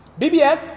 BBS